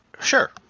Sure